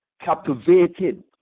captivated